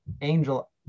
angel